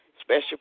special